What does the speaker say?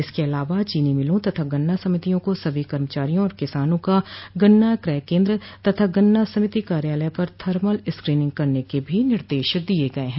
इसके अलावा चीनी मिलों तथा गन्ना समितियों को सभी कर्मचारियों आर किसानों का गन्ना क्रय केन्द्र तथा गन्ना समिति कार्यालय पर थर्मल स्क्रीनिंग करने के भी निर्देश दिये गये हैं